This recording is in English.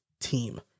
team